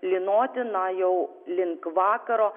lynoti na jau link vakaro